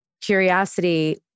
curiosity